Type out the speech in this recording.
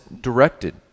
directed